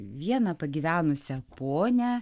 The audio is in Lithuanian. vieną pagyvenusią ponią